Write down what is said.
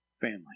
family